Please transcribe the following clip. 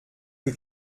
que